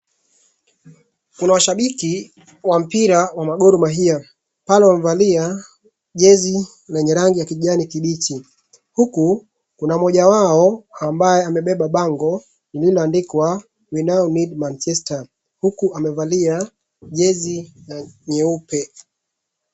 Kuna washabiki wa mpira wa Gor Mahia pale wamevalia jezi lenye rangi ya kijani kimbichi. Huku kuna mmoja wao ambaye amebeba bango lililoandikwa We now need manchester huku amevalia jezi nyeupe.